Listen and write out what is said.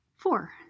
Four